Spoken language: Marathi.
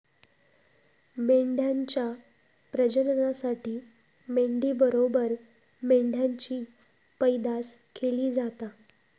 मेंढ्यांच्या प्रजननासाठी मेंढी बरोबर मेंढ्यांची पैदास केली जाता